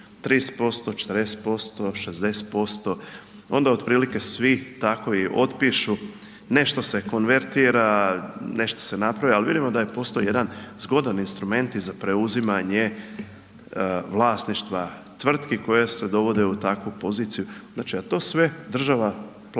30%, 40%, 60%, onda otprilike svi tako i otpišu, nešto se konvertira, nešto se napravi ali vidimo da postoji jedan zgodan instrument i za preuzimanje vlasništva tvrtki koje se dovode u takvu poziciju, znači a to sve država plaća.